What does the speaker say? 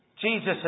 Jesus